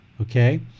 okay